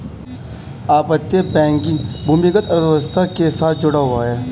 अपतटीय बैंकिंग भूमिगत अर्थव्यवस्था के साथ जुड़ा हुआ है